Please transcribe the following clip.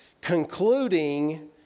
Concluding